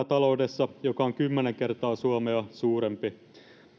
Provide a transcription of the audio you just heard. taloudessa joka on kymmenen kertaa suomea suurempi